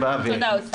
תודה, אוסאמה.